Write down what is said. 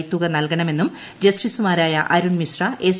അബ്ദുൽ നൽകണമെന്നും ജസ്റ്റിസുമാരായ അരുൺ മിശ്ര എസ്